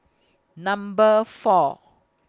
Number four